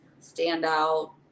standout